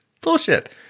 Bullshit